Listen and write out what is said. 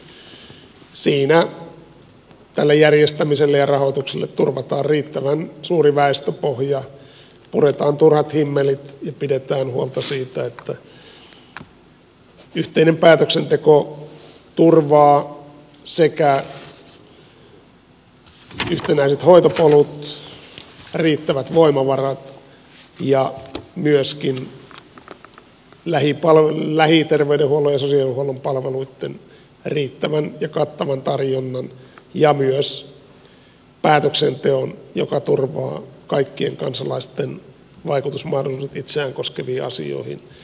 siinä tälle järjestämiselle ja rahoitukselle turvataan riittävän suuri väestöpohja puretaan turhat himmelit ja pidetään huolta siitä että yhteinen päätöksenteko turvaa yhtenäiset hoitopolut riittävät voimavarat ja myöskin lähiterveydenhuollon ja sosiaalihuollon palveluitten riittävän ja kattavan tarjonnan ja myös päätöksenteon joka turvaa kaikkien kansalaisten vaikutusmahdollisuudet itseään koskeviin asioihin